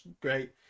great